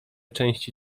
części